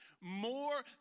More